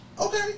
Okay